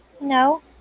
No